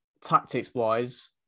tactics-wise